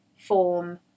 form